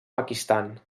pakistan